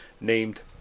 named